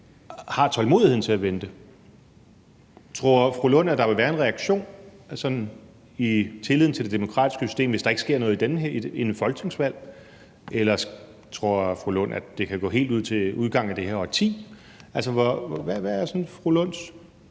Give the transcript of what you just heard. har tålmodigheden til at vente? Tror fru Rosa Lund, at der vil være en reaktion i forhold til tilliden til det demokratiske system, hvis ikke der sker noget inden et folketingsvalg, eller tror fru Rosa Lund, at det kan gå helt ud til udgangen af det her årti? Hvad er fru Rosa Lunds